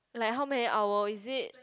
like how many hour is it